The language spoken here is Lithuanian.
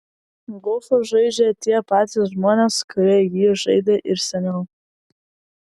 golfą žaidžia tie patys žmonės kurie jį žaidė ir seniau